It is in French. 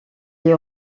est